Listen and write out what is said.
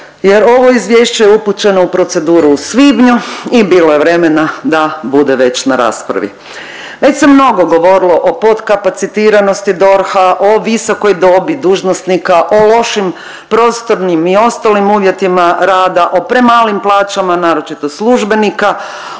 jer ovo izvješće je upućeno u proceduru u svibnju i bilo je vremena da bude već na raspravi. Već se mnogo govorilo o potkapacitiranosti DORH-a, o visokoj dobi dužnosnika, o lošim prostornim i ostalim uvjetima, rada, o premalim plaćama naročito službenika,